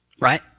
Right